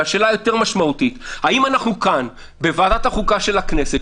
והשאלה היותר משמעותית האם אנחנו כאן בוועדת החוקה של הכנסת,